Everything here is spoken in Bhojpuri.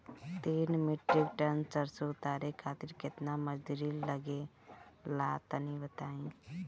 तीन मीट्रिक टन सरसो उतारे खातिर केतना मजदूरी लगे ला तनि बताई?